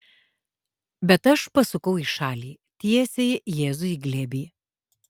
bet aš pasukau į šalį tiesiai jėzui į glėbį